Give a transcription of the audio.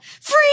free